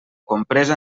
compresa